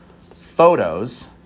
photos